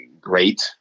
great